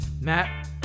Matt